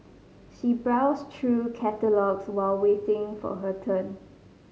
she browsed through catalogues while waiting for her turn